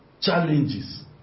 challenges